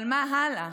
אבל מה הלאה?